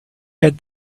had